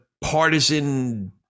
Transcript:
partisan